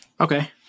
Okay